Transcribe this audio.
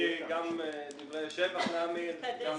מר שרגא ברוש, הוא להכניס את